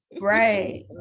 Right